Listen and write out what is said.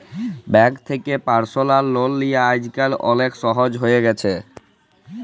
bank থ্যাকে personal loan লিয়া আইজকাল অলেক সহজ হ্যঁয়ে গেছে